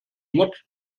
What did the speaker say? much